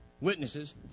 Witnesses